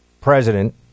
president